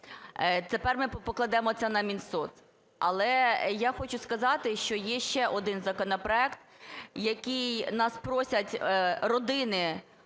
Тепер ми покладемо це на Мінсоц. Але я хочу сказати, що є ще один законопроект, який нас просять родини